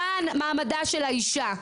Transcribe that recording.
למען מעמדה של האישה.